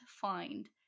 find